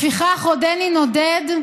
לפיכך, עודני נודד,